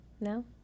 No